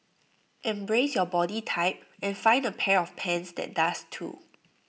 embrace your body type and find A pair of pants that does too